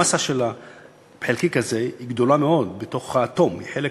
המאסה של החלקיק הזה בתוך האטום היא גדולה מאוד.